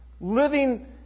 living